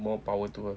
more power to her